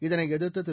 இதனை எதிர்த்து திரு